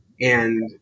and-